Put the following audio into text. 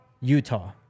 Utah